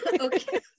okay